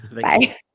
Bye